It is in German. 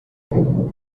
der